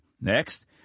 Next